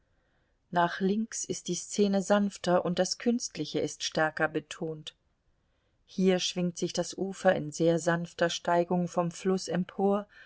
nach links ist die szene sanfter und das künstliche ist stärker betont hier schwingt sich das ufer in sehr sanfter steigung vom fluß empor